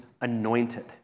anointed